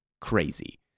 crazy